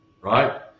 Right